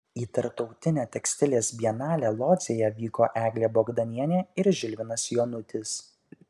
į tarptautinę tekstilės bienalę lodzėje vyko eglė bogdanienė ir žilvinas jonutis